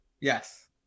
Yes